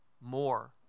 more